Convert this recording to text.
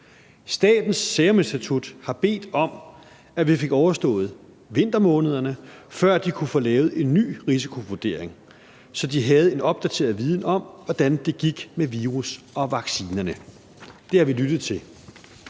Statens Serum Institut har bedt om, at vi fik overstået vintermånederne, før de kunne få lavet en ny risikovurdering, så de havde en opdateret viden om, hvordan det gik med virus og vaccinerne. Det har vi lyttet til.